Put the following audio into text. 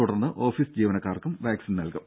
തുടർന്ന് ഓഫീസ് ജീവനക്കാർക്കും വാക്സിൻ നൽകും